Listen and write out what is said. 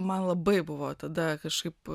man labai buvo tada kažkaip